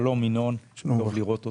שלום, ינון, טוב לראות אותך.